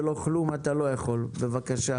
למדינה אבל קידום הוא לא יוכל לתת לו כי פשוט הוא לא נמצא